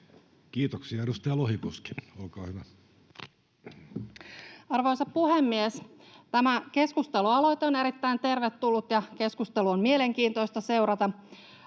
Kiitoksia. — Edustaja Lohikoski, olkaa hyvä. Arvoisa puhemies! Tämä keskustelualoite on erittäin tervetullut, ja keskustelua on mielenkiintoista seurata.